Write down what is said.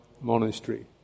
monastery